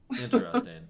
Interesting